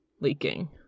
leaking